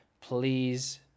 please